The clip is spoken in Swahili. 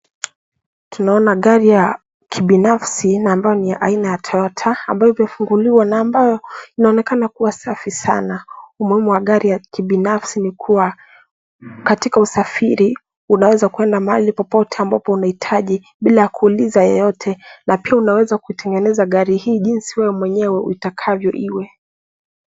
Tunaona gari ya kibinafsi ambayo ni ya aina ya toyota ambayo imefunguliwa na ambayo inaonekana kuwa safi sana. Umuhimu wa gari ya kibiafsi ni kuwa katika usafiri unaweza kuenda mahali popote ambapo unahitaji bila kuuliza yeyote na pia unaweza kutengeneza gari hii jinsi wewe mwenyewe utakyo iwe.